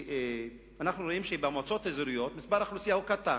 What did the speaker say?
אנחנו רואים שבמועצות האזוריות האוכלוסייה קטנה,